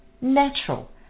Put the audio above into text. natural